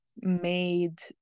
made